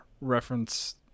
reference